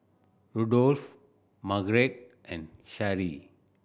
Rudolf Margarete and Sharee